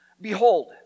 Behold